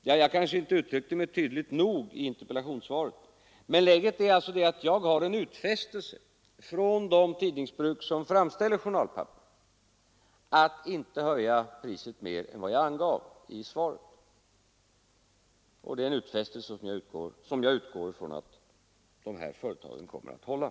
Ja, jag uttryckte mig kanske inte tydligt nog i interpellationssvaret, men vad jag redovisade var en utfästelse från de pappersbruk som framställer journalpapper att inte höja priset mer än jag angav i svaret. Det är en utfästelse som jag utgår från att de företagen kommer att hålla.